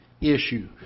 issue